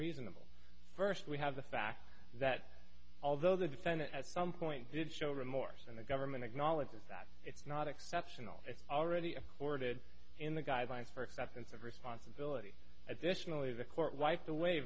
reasonable first we have the fact that although the defendant at some point did show remorse and the government acknowledges that it's not exceptional it's already accorded in the guidelines for acceptance of responsibility at this military court wiped away